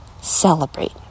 celebrate